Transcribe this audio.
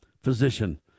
physician